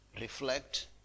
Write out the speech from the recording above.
reflect